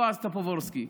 בועז טופורובסקי,